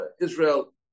Israel